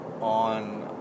on